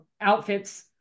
outfits